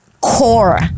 core